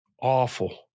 Awful